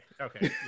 okay